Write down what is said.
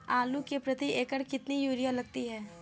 आलू में प्रति एकण कितनी यूरिया लगती है?